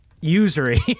usury